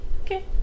Okay